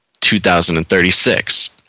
2036